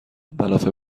ملافه